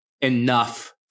enough